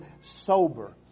sober